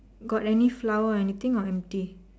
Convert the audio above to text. got any flower or anything or empty